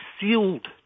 sealed